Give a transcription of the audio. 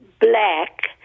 black